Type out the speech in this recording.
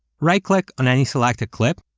right click on any selected clip,